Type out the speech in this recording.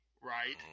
right